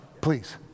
Please